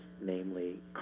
namely